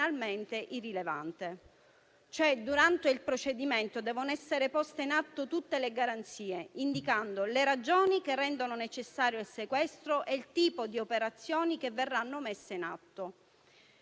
irrilevante. Durante il procedimento devono essere poste in atto tutte le garanzie, indicando le ragioni che rendono necessario il sequestro e il tipo di operazioni che verranno messe in atto.